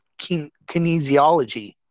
kinesiology